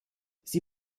sie